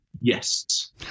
Yes